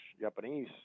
Japanese